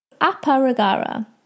Aparagara